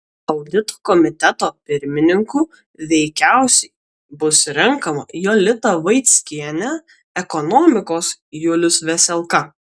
audito komiteto pirmininku veikiausiai bus renkama jolita vaickienė ekonomikos julius veselka